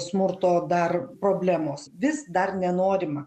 smurto dar problemos vis dar nenorima